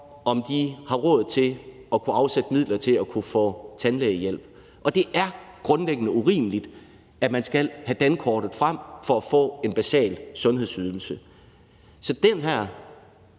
om de har råd til at kunne afsætte midler til at kunne få tandlægehjælp. Og det er grundlæggende urimeligt, at man skal have dankortet frem for at få en basal sundhedsydelser. Så det her